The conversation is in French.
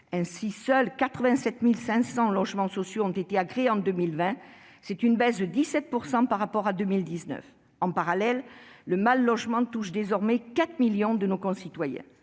: seuls 87 500 logements sociaux ont été agréés en 2020, soit une baisse de 17 % par rapport à 2019. En parallèle, le mal-logement touche désormais 4 millions de nos concitoyens.